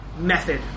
Method